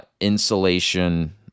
insulation